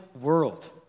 world